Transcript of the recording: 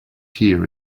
here